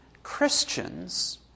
Christians